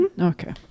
Okay